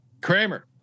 Kramer